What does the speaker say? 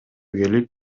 келип